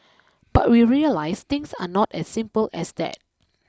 but we realize things are not as simple as that